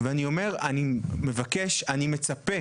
ואני מבקש ומצפה